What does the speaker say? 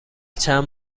چند